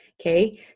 Okay